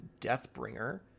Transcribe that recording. Deathbringer